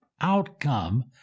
outcome